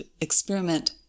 experiment